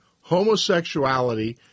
homosexuality